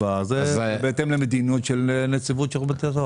זה בהתאם למדיניות של נציבות שירות בתי הסוהר.